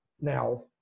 now